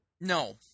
No